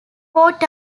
port